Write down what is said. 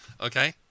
Okay